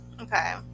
Okay